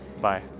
Bye